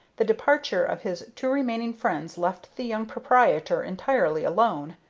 the departure of his two remaining friends left the young proprietor entirely alone,